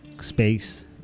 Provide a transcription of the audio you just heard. space